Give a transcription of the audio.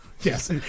yes